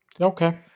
okay